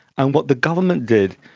and what the government did,